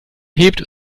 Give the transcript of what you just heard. hebt